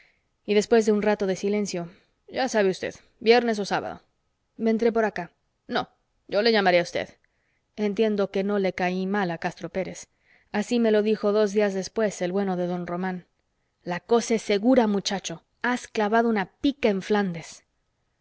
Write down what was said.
y después de un rato de silencio ya sabe usted viernes o sábado vendré por acá no yo le llamaré a usted entiendo que no le caí mal a castro pérez así me lo dijo dos días después el bueno de don román la cosa es segura muchacho has clavado una pica en flandes